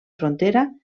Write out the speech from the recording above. frontera